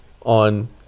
on